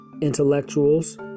intellectuals